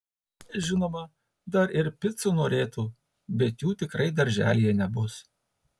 žinoma dar ir picų norėtų bet jų tikrai darželyje nebus